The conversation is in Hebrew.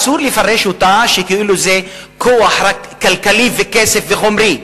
אסור לפרש אותה שכאילו זה כוח רק כלכלי וכסף וזה חומרי.